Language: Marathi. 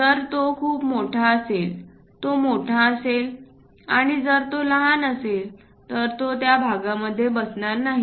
जर तो खूप मोठा असेल तो मोठा असेल आणि जर तो लहान असेल तर तो त्यामध्ये बसणार नाही